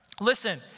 Listen